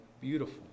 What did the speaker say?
beautiful